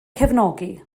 cefnogi